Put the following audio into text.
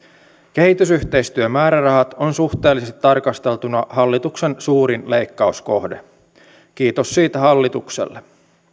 kehitysyhteistyömäärärahat on suhteellisesti tarkasteltuna hallituksen suurin leikkauskohde kiitos siitä hallitukselle